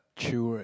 chill right